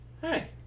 Hey